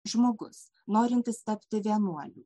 žmogus norintis tapti vienuoliu